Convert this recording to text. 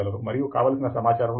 ప్రాథమికంగా బాగా తెలిసిన రేఖాచిత్రం